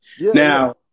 Now